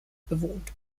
bewohnt